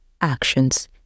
actions